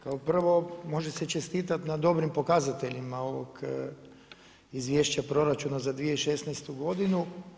Kao prvo može se čestitati na dobrim pokazateljima ovog izvješća proračuna za 2016. godinu.